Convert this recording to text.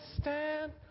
stand